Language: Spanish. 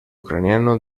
ucraniano